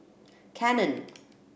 Canon